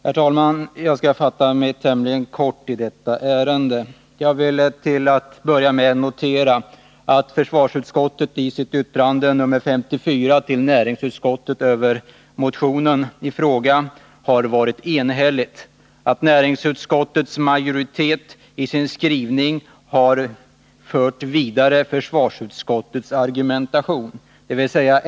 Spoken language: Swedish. Herr talman! Jag skall fatta mig tämligen kort i detta ärende. Till att börja med vill jag notera att försvarsutskottet i sitt yttrande nr 5 y till näringsutskottet över motionen i fråga har varit enhälligt. Näringsutskottet har i sin skrivning fört vidare försvarsutskottets argumentation.